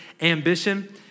ambition